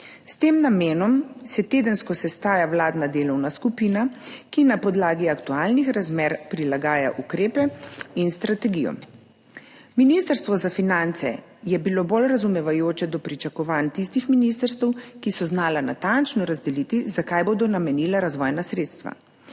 S tem namenom se tedensko sestaja vladna delovna skupina, ki na podlagi aktualnih razmer prilagaja ukrepe in strategijo. Ministrstvo za finance je bilo bolj razumevajoče do pričakovanj tistih ministrstev, ki so znala natančno razdeliti, za kaj bodo namenila razvojna sredstva.